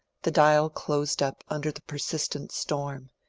the dial closed up under the persistent storm,